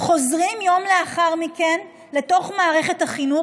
חוזרים יום לאחר מכן לתוך מערכת החינוך